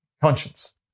Conscience